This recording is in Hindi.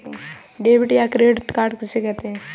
डेबिट या क्रेडिट कार्ड किसे कहते हैं?